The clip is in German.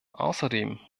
außerdem